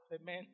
amen